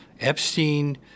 Epstein—